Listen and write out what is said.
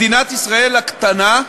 מדינת ישראל הקטנה,